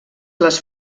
les